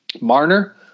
Marner